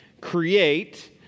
create